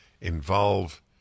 involve